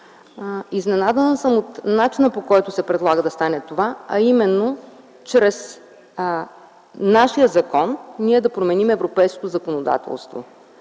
Изненадана съм от начина, по който се предлага да стане това, а именно чрез нашия закон ние да променим европейското законодателство.